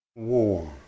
Warm